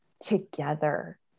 together